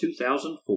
2004